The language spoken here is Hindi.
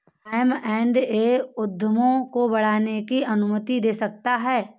एम एण्ड ए उद्यमों को बढ़ाने की अनुमति दे सकता है